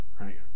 right